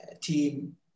team